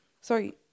Sorry